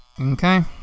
Okay